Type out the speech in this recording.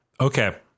Okay